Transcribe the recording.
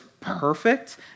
perfect